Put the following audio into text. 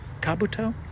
Kabuto